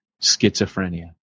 schizophrenia